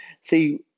See